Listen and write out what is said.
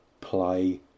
play